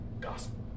gospel